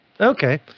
Okay